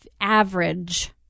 average